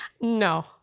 No